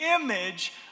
image